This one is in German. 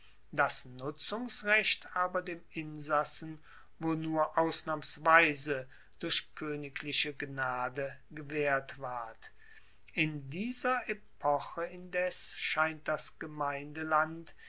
das nutzungsrecht aber dem insassen wohl nur ausnahmsweise durch koenigliche gnade gewaehrt ward in dieser epoche indes scheint das gemeindeland